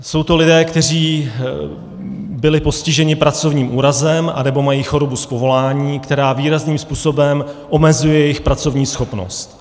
Jsou to lidé, kteří byli postiženi pracovním úrazem nebo mají chorobu z povolání, která výrazným způsobem omezuje jejich pracovní schopnost.